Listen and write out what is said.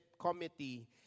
committee